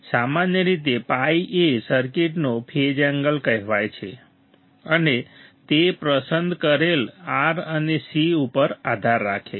સામાન્ય રીતે phi એ સર્કિટનો ફેઝ એંગલ કહેવાય છે અને તે પસંદ કરેલ R અને c ઉપર આધાર રાખે છે